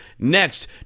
Next